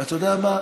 ואתה יודע מה?